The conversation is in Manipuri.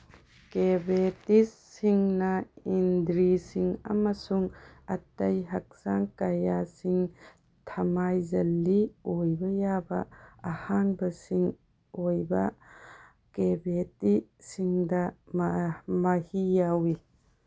ꯀꯦꯚꯦꯇꯤꯁꯁꯤꯡꯅ ꯏꯟꯗ꯭ꯔꯤꯁꯤꯡ ꯑꯃꯁꯨꯡ ꯑꯇꯩ ꯍꯛꯆꯥꯡ ꯀꯌꯥꯠꯁꯤꯡ ꯊꯃꯥꯏꯁꯤꯜꯂꯤ ꯑꯣꯏꯕ ꯌꯥꯕ ꯑꯍꯥꯡꯕꯁꯤꯡ ꯑꯣꯏꯕ ꯀꯦꯚꯦꯀꯤꯁꯤꯡꯗ ꯃꯍꯤ ꯌꯥꯎꯏ